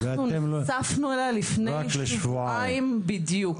אנחנו נחשפנו אליה לפני כשבועיים בדיוק.